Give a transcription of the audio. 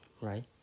right